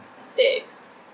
Six